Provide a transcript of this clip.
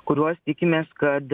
kuriuos tikimės kad